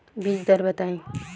बीज दर बताई?